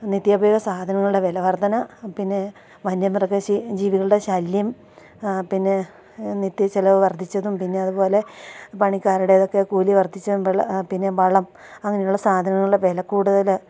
നിത്യോപയോഗ സാധനങ്ങളുടെ വില വർദ്ധന പിന്നെ വന്യമൃഗ ജീവികളുടെ ശല്യം പിന്നെ നിത്യ ചിലവ് വർദ്ധിച്ചതും പിന്നെ അതു പോലെ പണിക്കാരുടേതൊക്കെ കൂലി വർദ്ധിച്ച പിന്നെ വളം അങ്ങനെയുള്ള സാധനങ്ങളുടെ വില കൂടുതൽ